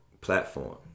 platform